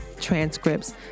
transcripts